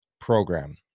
program